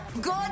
Good